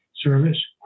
service